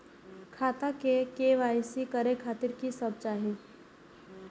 खाता के के.वाई.सी करे खातिर की सब चाही?